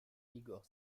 igor